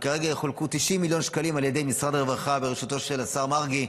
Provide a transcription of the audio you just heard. וכרגע יחולקו 90 מיליון שקלים על ידי משרד הרווחה בראשותו של השר מרגי,